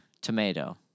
tomato